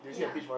yeah